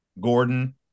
Gordon